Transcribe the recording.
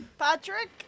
Patrick